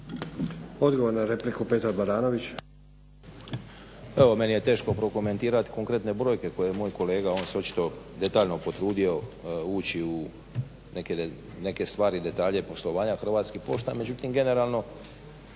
Odgovor na repliku Petar Baranović.